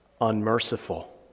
unmerciful